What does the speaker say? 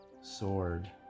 sword